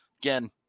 Again